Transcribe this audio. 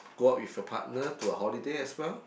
go out with your partner to a holiday as well